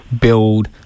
build